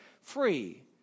free